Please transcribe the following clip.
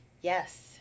Yes